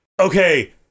okay